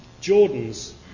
Jordan's